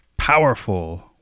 Powerful